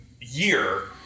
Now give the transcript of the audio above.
year